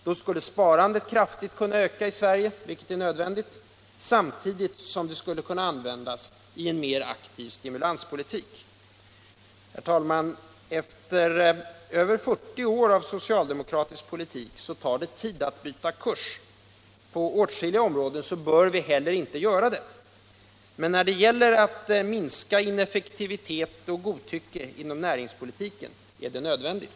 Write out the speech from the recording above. Då skulle sparandet kraftigt kunna öka i Sverige — vilket är nödvändigt — samtidigt som det skulle kunna användas i en mer aktiv stimulanspolitik. Herr talman! Efter över 40 år av socialdemokratisk politik tar det tid att byta kurs. På åtskilliga områden bör vi inte heller göra det. Men när det gäller att minska ineffektivitet och godtycke inom näringspolitiken är det nödvändigt.